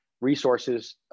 resources